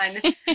one